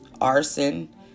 arson